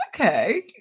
okay